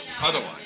otherwise